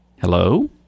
Hello